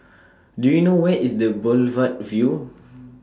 Do YOU know Where IS The Boulevard Vue